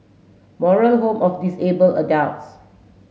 Moral Home of Disabled Adults